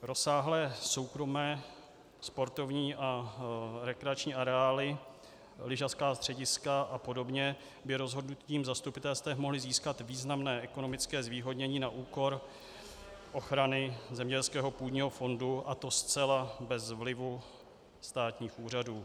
Rozsáhlé soukromé sportovní a rekreační areály, lyžařská střediska a podobně by rozhodnutím zastupitelstev mohly získat významné ekonomické zvýhodnění na úkor ochrany zemědělského půdního fondu, a to zcela bez vlivu státních úřadů.